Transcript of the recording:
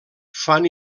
fan